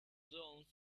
zones